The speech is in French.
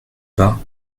pas